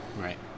Right